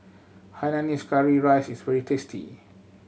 hainanese curry rice is very tasty